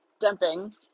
dumping